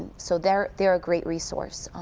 so they are they are a great resource.